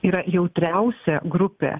yra jautriausia grupė